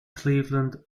cleveland